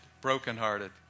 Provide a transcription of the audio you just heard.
brokenhearted